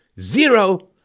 zero